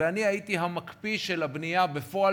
ואני הייתי המקפיא של הבנייה בפועל,